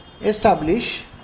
establish